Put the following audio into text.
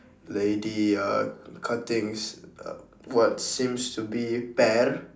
lady uh cutting uh what seems to be pear